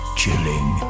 chilling